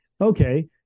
okay